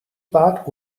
bad